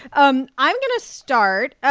um i'm going to start.